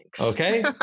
Okay